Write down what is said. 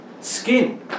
Skin